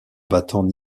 battant